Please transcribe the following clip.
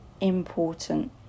important